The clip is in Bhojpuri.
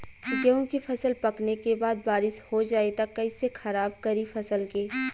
गेहूँ के फसल पकने के बाद बारिश हो जाई त कइसे खराब करी फसल के?